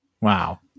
Wow